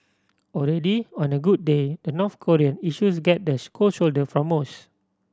already on a good day the North Korean issues get the cold shoulder from most